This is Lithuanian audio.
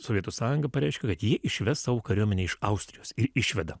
sovietų sąjunga pareiškė kad ji išves savo kariuomenę iš austrijos ir išveda